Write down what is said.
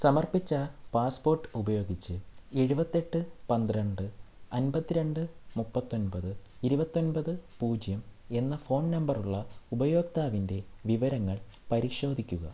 സമർപ്പിച്ച പാസ്പോർട്ട് ഉപയോഗിച്ച് എഴുപത്തെട്ട് പന്ത്രണ്ട് അൻപത്തിരണ്ട് മുപ്പത്തൊൻപത് ഇരുപത്തൊൻപത് പൂജ്യം എന്ന ഫോൺ നമ്പർ ഉള്ള ഉപയോക്താവിൻ്റെ വിവരങ്ങൾ പരിശോധിക്കുക